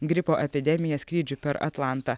gripo epidemija skrydžiui per atlantą